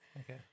Okay